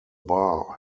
bar